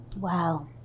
Wow